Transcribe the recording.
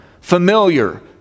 familiar